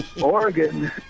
Oregon